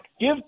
Give